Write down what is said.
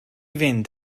fynd